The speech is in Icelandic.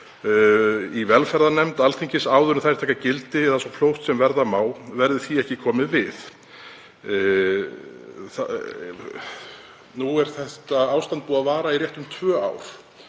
í velferðarnefnd Alþingis áður en þær taka gildi eða svo fljótt sem verða má verði því ekki komið við.“ Þetta ástand er búið að vara í rétt um tvö ár